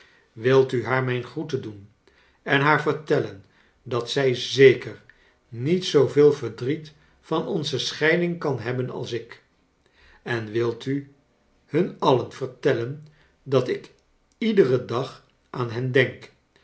wilt u haar mijn groeten doen en haar vertellen dat zij zeker niet zooveel verdriet van onze scheiding kan hebben als ik en wilt u hun alien vertellen dat ik iederen dag aan hen denk